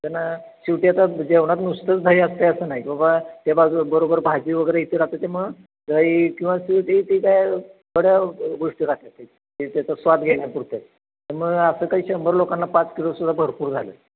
त्यांना शेवटी आता जेवणात नुसतंच दही असतं आहे असं नाही बाबा त्या बाजूला बरोबर भाजी वगैरे इथे राहते ते मग दही किंवा शेवटी ती काय थोड्या गोष्टी राहतात ते त्याचा स्वाद घेण्यापुरत्या त्यामुळं असं काही शंभर लोकांना पाच किलोसुद्धा भरपूर झालं